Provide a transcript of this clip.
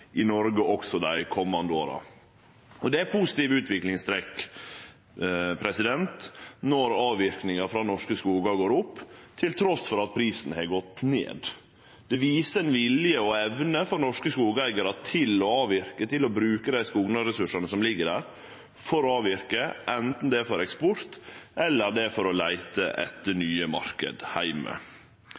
i Noreg også dei komande åra. Det er positive utviklingstrekk når avverkinga frå norske skogar går opp trass i at prisen har gått ned. Det viser vilje og evne hos norske skogeigarar til å avverke, til å bruke dei skogressursane som ligg der, anten det er for eksport eller for å leite etter nye marknader heime.